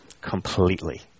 completely